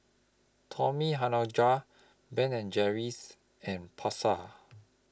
Tommy Hilfiger Ben and Jerry's and Pasar